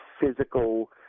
physical